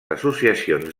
associacions